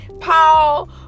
Paul